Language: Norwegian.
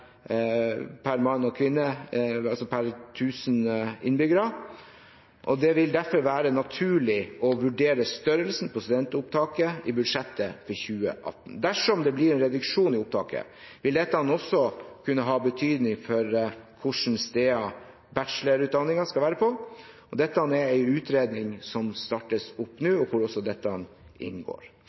innbyggere. Det vil derfor være naturlig å vurdere størrelsen på studentopptaket i budsjettet for 2018. Dersom det blir en reduksjon i opptaket, vil dette også kunne ha betydning for hvilke steder man kan ta bachelorutdanning. Dette er en utredning som startes opp nå, hvor også dette inngår.